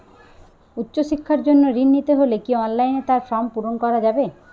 উচ্চশিক্ষার জন্য ঋণ নিতে হলে কি অনলাইনে তার ফর্ম পূরণ করা যাবে?